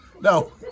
No